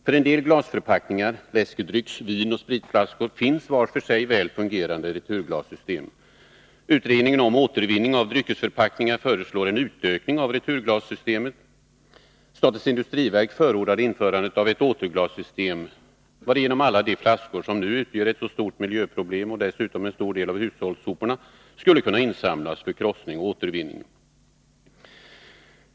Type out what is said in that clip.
För en del glasförpackningar, läskedrycks-, vinoch spritflaskor, finns var för sig väl fungerande returglassystem. Utredningen om återvinning av dryckesförpackningar föreslår en utökning av returglassystemen. Statens industriverk förordar införandet av ett återglassystem, varigenom alla de flaskor som nu utgör ett så stort miljöproblem och dessutom en stor del av hushållssoporna skulle kunna insamlas för krossning och återvinning.